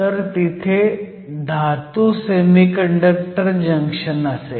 तर तिथे धातू सेमीकंडक्टर जंक्शन असेल